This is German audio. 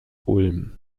ulm